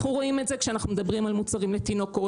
אנחנו רואים את זה כשאנחנו מדברים על מוצרים לתינוקות,